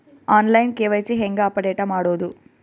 On line KYC ಹೇಂಗ update ಮಾಡೋದು?